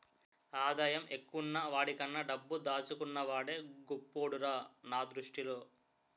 ఆదాయం ఎక్కువున్న వాడికన్నా డబ్బు దాచుకున్న వాడే గొప్పోడురా నా దృష్టిలో